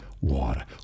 water